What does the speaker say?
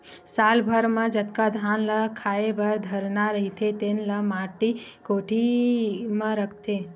साल भर म जतका धान ल खाए बर धरना रहिथे तेन ल माटी कोठी म राखथे